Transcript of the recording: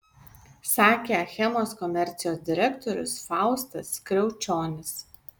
sakė achemos komercijos direktorius faustas kriaučionis